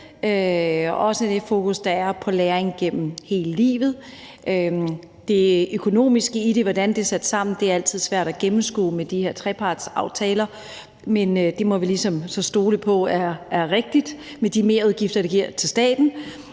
der er på læring gennem hele livet. Det økonomiske i det, altså hvordan det er sat sammen, er altid svært at gennemskue med de her trepartsaftaler, men det må vi så ligesom stole på er rigtigt med de merudgifter, det giver til staten.